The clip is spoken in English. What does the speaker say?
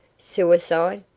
suicide?